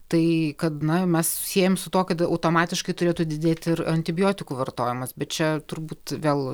tai kad na mes siejam su tuo kad automatiškai turėtų didėt ir antibiotikų vartojimas bet čia turbūt vėl